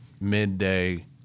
midday